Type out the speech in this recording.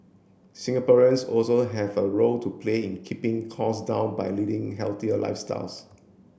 Singaporeans also have a role to play in keeping costs down by leading healthier lifestyles